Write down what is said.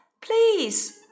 please